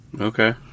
Okay